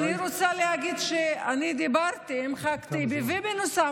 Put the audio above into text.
אני רוצה להגיד שאני דיברתי עם חבר הכנסת טיבי ובנוסף